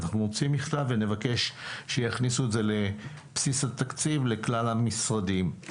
אז אנחנו נוציא מכתב ונבקש שיכניסו את זה לבסיס התקציב לכלל המשרדים.